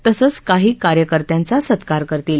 तसंच काही कार्यकर्त्यांचा सत्कार करतील